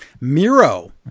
Miro